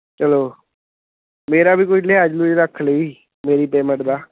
ਚਲੋ ਮੇਰਾ ਵੀ ਕੋਈ ਲਿਹਾਜ਼ ਲਿਹੁਜ ਰੱਖ ਲਿਓ ਜੀ ਮੇਰੀ ਪੇਮੈਂਟ ਦਾ